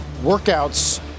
workouts